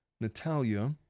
Natalia